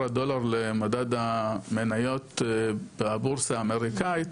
הדולר למדד המניות בבורסה האמריקאית,